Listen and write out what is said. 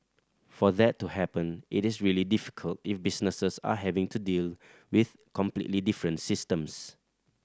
for that to happen it is really difficult if businesses are having to deal with completely different systems